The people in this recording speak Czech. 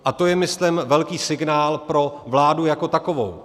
A to je, myslím, velký signál pro vládu jako takovou.